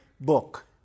book